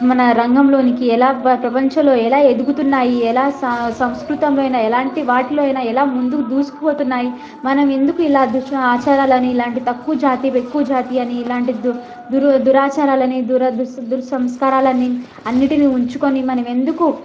మన రంగంలోనికి ఎలా బ ప్రపంచంలో ఎలా ఎదుగుతున్నాయి ఎలా స సంస్కృతంలో అయినా ఎలాంటి వాటిలో అయినా ఎలా ముందుకు దూసుకుపోతున్నాయి మనం ఎందుకు ఇలా దుష్ట ఆచారాలని ఇలాంటి తక్కువ జాతి ఎక్కువ జాతి అని ఇలాంటి దు దురు దురాచారాలని దురా దుశ్య ద్రు సంస్కారాలని అన్నింటినీ ఉంచుకొని మనం ఎందుకు